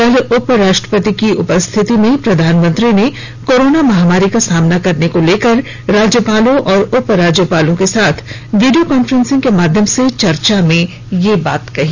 कल उप राष्ट्रपति की उपस्थिति में प्रधानमंत्री ने कोरोना महामारी का सामना करने को लेकर राज्यपालों और उप राज्यपालों के साथ वीडियो कॉन्फ्रेन्स के माध्यम से चर्चा में यह बात कही